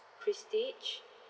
prestige